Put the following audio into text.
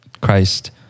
Christ